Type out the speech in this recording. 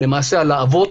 למעשה על האבות,